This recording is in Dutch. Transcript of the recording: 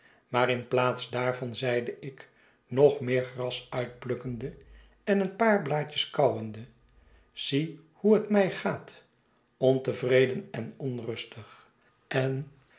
maar in plaats daarvan zeide ik nog meer gras uitplukkende en een paar blaadjes kauwende zie hoe het mij gaat ontevreden en onrustig en